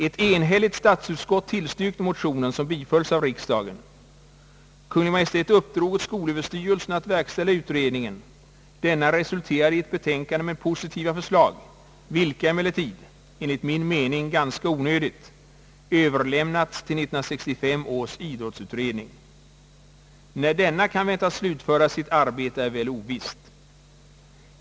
Ett enhälligt statsutskott tillstyrkte motionen som bifölls av riksdagen. Kungl. Maj:t uppdrog åt skolöverstyrelsen att verkställa utredningen. Denna resulterade i ett betänkande med positiva förslag, vilka emellertid — enligt min mening ganska onödigt — överlämnats till 1965 års idrottsutredning. När denna kan väntas slutföra sitt arbete är väl ovisst.